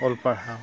ᱚᱞ ᱯᱟᱲᱦᱟᱣ